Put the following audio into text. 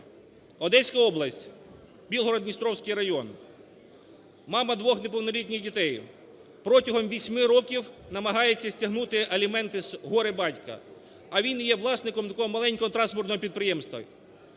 Одеська область, Білгород-Дністровський район. Мама двох неповнолітніх дітей протягом 8 років намагається стягнути аліменти з горе-батька, а він є власником такого маленького транспортного підприємства,